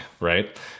right